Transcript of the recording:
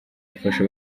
afasha